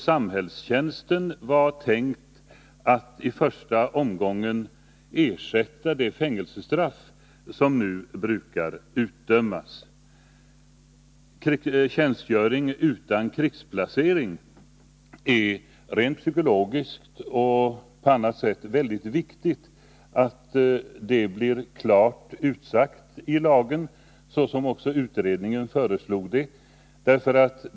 Samhällstjänsten var alltså tänkt att i första omgången ersätta det fängelsestraff som nu brukar utdömas. Det är av rent psykologiska och andra skäl väldigt viktigt att det blir klart utsagt i lagen att det skall vara fråga om tjänstgöring utan krigsplacering, såsom utredningen föreslog.